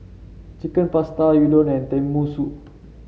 Chicken Pasta Udon and Tenmusu